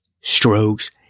strokes